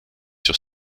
sur